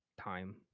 time